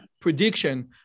prediction